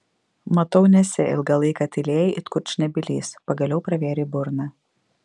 matau nesi ilgą laiką tylėjai it kurčnebylis pagaliau pravėrei burną